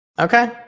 Okay